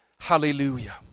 Hallelujah